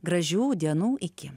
gražių dienų iki